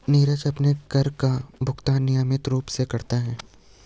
नीरज अपने कर का भुगतान नियमित रूप से करता है